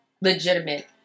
legitimate